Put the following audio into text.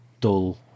dull